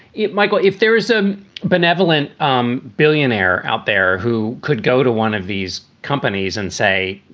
yeah michael, if there is a benevolent um billionaire out there who could go to one of these companies and say,